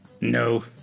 No